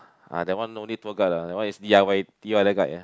uh that one no need tour guide lah that one is D_I_Y D_I_Y guide ah